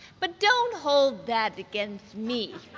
but don't hold that against me.